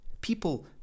People